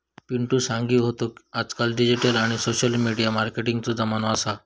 पिंटु सांगी होतो आजकाल डिजिटल आणि सोशल मिडिया मार्केटिंगचो जमानो असा